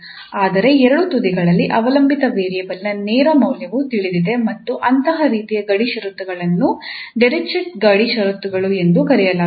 ಆದರೆ ಎರಡೂ ತುದಿಗಳಲ್ಲಿ ಅವಲಂಬಿತ ವೇರಿಯೇಬಲ್ನ ನೇರ ಮೌಲ್ಯವು ತಿಳಿದಿದೆ ಮತ್ತು ಅಂತಹ ರೀತಿಯ ಗಡಿ ಷರತ್ತುಗಳನ್ನು ಡಿರಿಚ್ಲೆಟ್ ಗಡಿ ಷರತ್ತುಗಳು ಎಂದು ಕರೆಯಲಾಗುತ್ತದೆ